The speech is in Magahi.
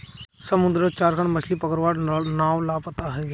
समुद्रत चार खन मछ्ली पकड़वार नाव लापता हई गेले